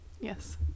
Yes